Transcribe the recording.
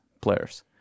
players